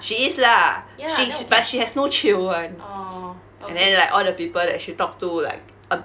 she is lah she but she has no chill [one] and then like all the people that she talk to like um